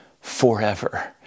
forever